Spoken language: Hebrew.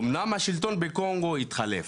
אמנם השלטון בקונגו התחלף,